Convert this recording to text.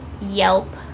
Yelp